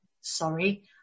Sorry